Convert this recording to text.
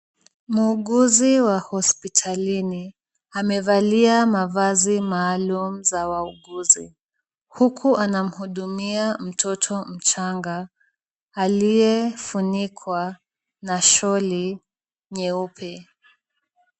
Muuguzi wa hospitalini, amevalia mavazi maalum za wauguzi, huku anamhudumia mtoto mchanga aliyefunikwa na sholi[ cs]nyeupe.